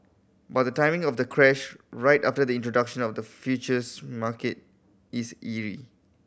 but the timing of the crash right after the introduction of the futures market is eerie